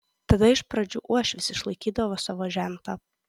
tada iš pradžių uošvis išlaikydavo savo žentą